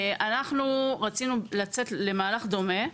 רצינו לצאת למהלך דומה.